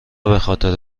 بخاطر